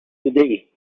today